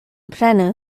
prenu